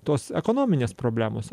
tos ekonominės problemos